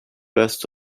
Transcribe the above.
west